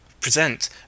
present